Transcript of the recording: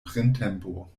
printempo